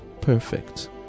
perfect